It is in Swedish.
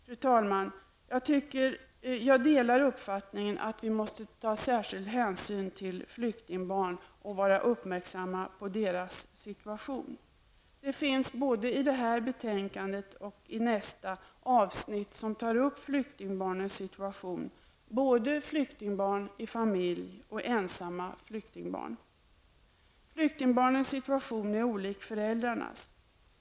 Fru talman! Jag delar uppfattningen att vi måste ta särskild hänsyn till flyktingbarn och vara uppmärksamma på deras situation. Det finns både i detta betänkande och nästa som vi skall behandla, avsnitt som tar uppflyktingbarnens situation, både flyktingbarn i familj och ensamma flyktingbarn. Flyktingbarnens situation är olik föräldrarnas.